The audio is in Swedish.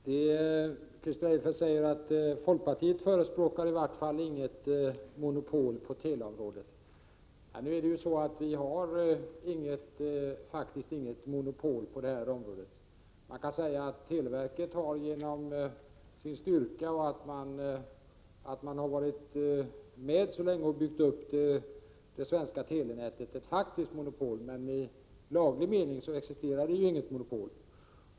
Herr talman! Christer Eirefelt säger att folkpartiet inte förespråkar något monopol på teleområdet. Men vi har faktiskt inget monopol på detta område. Man kan säga att televerket genom sin styrka och sin långa erfarenhet av uppbyggnaden av det svenska telenätet har ett faktiskt monopol, men det existerar inget monopol i laglig mening.